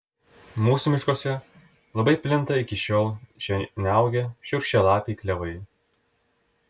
mūsų miškuose labai plinta iki šiol čia neaugę šiurkščialapiai klevai